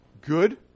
good